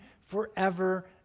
forever